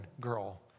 girl